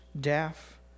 deaf